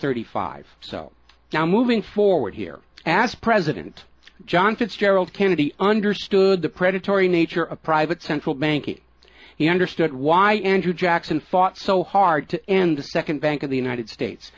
hundred five so now moving forward here as president john fitzgerald kennedy understood the predatory nature of private central banking he understood why andrew jackson fought so hard and the second bank of the united states